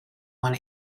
want